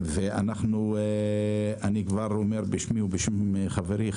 ואני אומר בשמי ובשם חברי,